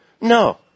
No